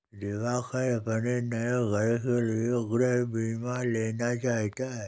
दिवाकर अपने नए घर के लिए गृह बीमा लेना चाहता है